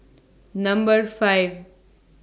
Number five